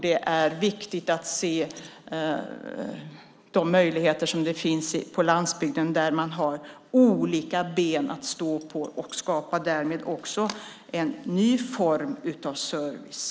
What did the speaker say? Det är viktigt att se de möjligheter det finns på landsbygden där man har olika ben att stå på. Man skapar därmed en ny form av service.